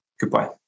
Goodbye